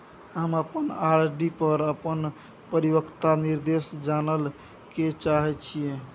हम अपन आर.डी पर अपन परिपक्वता निर्देश जानय ले चाहय छियै